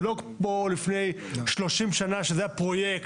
זה לא כמו לפני 30 שנה, שזה היה פרויקט.